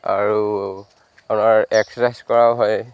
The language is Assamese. আৰু আপোনাৰ এক্সাৰচাইজ কৰাও হয়